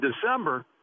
December